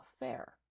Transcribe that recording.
affair